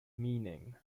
meaning